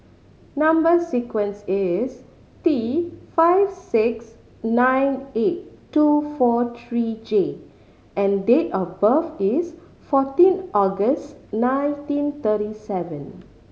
number sequence is T five six nine eight two four three J and date of birth is fourteen August nineteen thirty seven